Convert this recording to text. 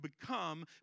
become